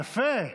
יפה.